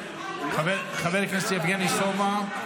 חבר הכנסת יבגני סובה,